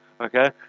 Okay